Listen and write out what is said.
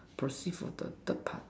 proceed for the third part